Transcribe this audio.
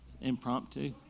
Impromptu